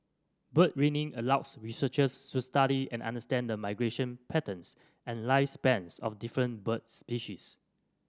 bird ringing allows researchers study and understand migration patterns and lifespan of different bird species